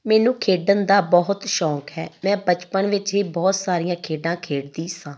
ਮੈਨੂੰ ਖੇਡਣ ਦਾ ਬਹੁਤ ਸ਼ੌਂਕ ਹੈ ਮੈਂ ਬਚਪਨ ਵਿੱਚ ਹੀ ਬਹੁਤ ਸਾਰੀਆਂ ਖੇਡਾਂ ਖੇਡਦੀ ਸਾਂ